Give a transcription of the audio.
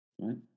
right